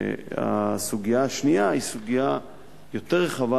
הסוגיה השנייה היא סוגיה יותר רחבה,